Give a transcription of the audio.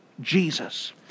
Jesus